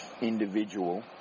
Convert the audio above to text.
individual